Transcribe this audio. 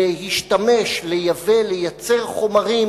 להשתמש, לייבא, לייצר חומרים